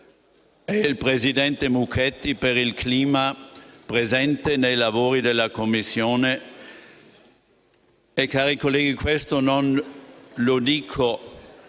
e il presidente Mucchetti per il clima presente durante i lavori della Commissione. Cari colleghi, non dico